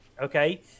Okay